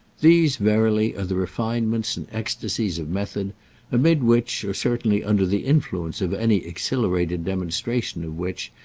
these verily are the refinements and ecstasies of method amid which, or certainly under the influence of any exhilarated demonstration of which,